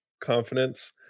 confidence